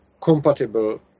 compatible